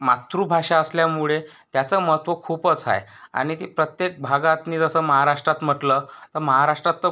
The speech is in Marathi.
मातृभाषा असल्यामुळे त्याचं महत्त्व खूपच आहे आणि ती प्रत्येक भागातून जसं महाराष्ट्रात म्हटलं तर महाराष्ट्रात तर